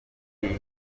iyi